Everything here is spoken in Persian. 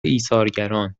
ایثارگران